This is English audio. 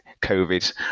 COVID